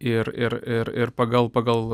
ir ir ir pagal pagal